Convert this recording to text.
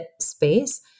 space